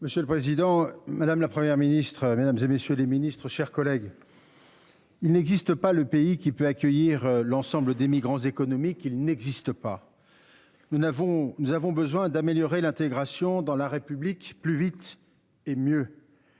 Monsieur le président, madame, la Première ministre, mesdames et messieurs les Ministres, chers collègues. Il n'existe pas le pays qui peut accueillir l'ensemble des migrants économiques. Il n'existe pas. Nous n'avons, nous avons besoin d'améliorer l'intégration dans la République plus vite et mieux.